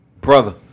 Brother